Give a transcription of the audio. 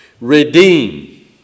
redeem